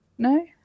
No